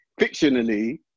fictionally